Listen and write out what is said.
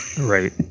Right